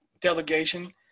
delegation